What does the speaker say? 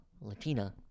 Latina